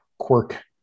quirk